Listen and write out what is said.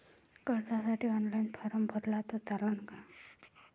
कर्जसाठी online form भरला तर चालन का?